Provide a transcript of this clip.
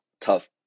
tough